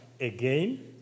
again